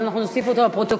אז אנחנו נוסיף אותו לפרוטוקול.